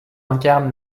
incarne